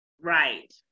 right